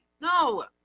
No